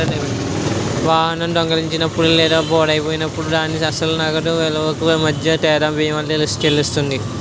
వాహనం దొంగిలించబడినప్పుడు లేదా పాడైపోయినప్పుడు దాని అసలు నగదు విలువకు మధ్య తేడాను బీమా చెల్లిస్తుంది